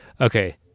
okay